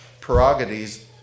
prerogatives